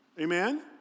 Amen